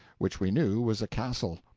which we knew was a castle.